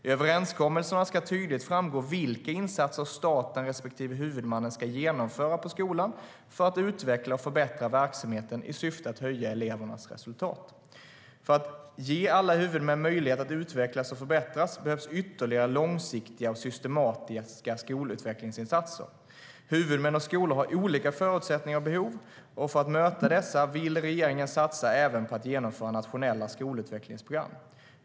I överenskommelserna ska tydligt framgå vilka insatser staten respektive huvudmännen ska genomföra på skolan för att utveckla och förbättra verksamheten i syfte att höja elevernas resultat. För att ge alla huvudmän möjlighet att utvecklas och förbättras behövs ytterligare långsiktiga och systematiska skolutvecklingsinsatser. Huvudmän och skolor har olika förutsättningar och behov, och för att möta dessa vill regeringen satsa även på att genomföra nationella skolutvecklingsprogram.